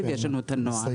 יש לנו ---.